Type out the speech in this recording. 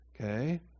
Okay